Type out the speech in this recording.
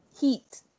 heat